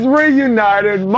reunited